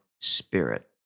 spirit